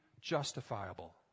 justifiable